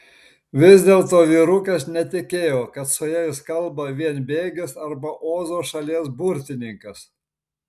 vis dėlto vyrukas netikėjo kad su jais kalba vienbėgis arba ozo šalies burtininkas